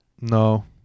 No